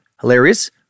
Hilarious